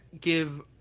give